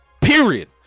Period